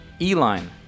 E-line